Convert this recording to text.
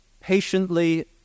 patiently